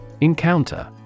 Encounter